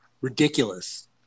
ridiculous